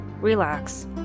relax